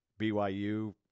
byu